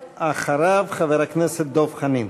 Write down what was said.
אחריו, חבר הכנסת דב חנין.